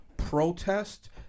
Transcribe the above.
protest